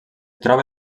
troba